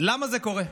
למה זה קורה?